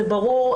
זה ברור.